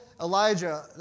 Elijah